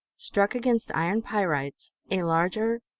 struck against iron pyrites, a larger,